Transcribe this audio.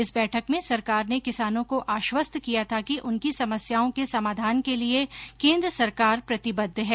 इस बैठक में सरकार ने किसानों को आश्वस्त किया था कि उनकी समस्याओं के समाधान के लिये केन्द्र सरकार प्रतिबद्ध है